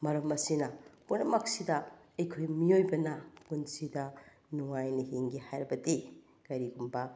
ꯃꯔꯝ ꯑꯁꯤꯅ ꯄꯨꯝꯅꯃꯛꯁꯤꯗ ꯑꯩꯈꯣꯏ ꯃꯤꯑꯣꯏꯕꯅ ꯄꯨꯟꯁꯤꯗ ꯅꯨꯡꯉꯥꯏꯅ ꯍꯤꯡꯒꯦ ꯍꯥꯏꯔꯕꯗꯤ ꯀꯔꯤꯒꯨꯝꯕ